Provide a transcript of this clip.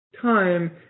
time